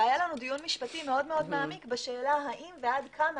היה לנו דיון משפטי מאוד מעמיק בשאלה האם ועד כמה